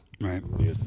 Right